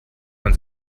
man